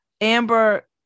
Amber